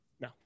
No